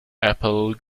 apple